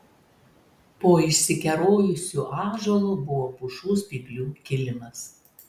po išsikerojusiu ąžuolu buvo pušų spyglių kilimas